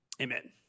Amen